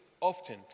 often